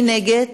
מי נגד?